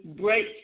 break